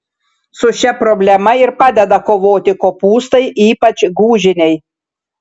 su šia problema ir padeda kovoti kopūstai ypač gūžiniai